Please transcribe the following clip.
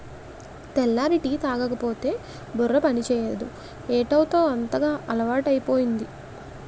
తెల్లారి టీ తాగకపోతే బుర్ర పనిచేయదు ఏటౌ అంతగా అలవాటైపోయింది